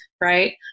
right